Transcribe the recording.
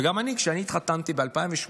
וגם אני, כשאני התחתנתי ב-2008